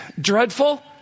dreadful